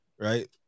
right